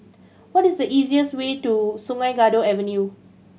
what is the easiest way to Sungei Kadut Avenue